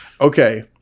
Okay